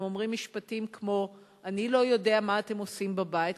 הם אומרים משפטים כמו "אני לא יודע מה אתם עושים בבית",